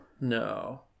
No